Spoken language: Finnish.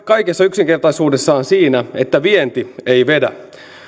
kaikessa yksinkertaisuudessaan siinä että vienti ei vedä